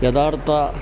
യഥാർത്ഥ